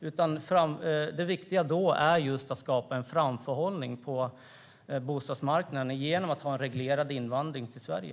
Då är det viktigt att skapa just framförhållning på bostadsmarknaden genom att ha reglerad invandring till Sverige.